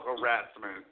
harassment